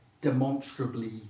demonstrably